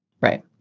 Right